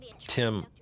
tim